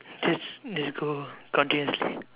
just let's let's go continuously